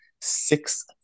six